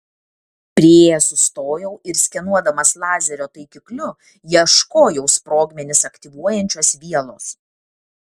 priėjęs sustojau ir skenuodamas lazerio taikikliu ieškojau sprogmenis aktyvuojančios vielos